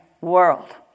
world